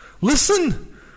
Listen